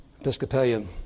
Episcopalian